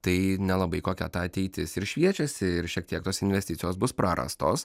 tai nelabai kokia ta ateitis ir šviečiasi ir šiek tiek tos investicijos bus prarastos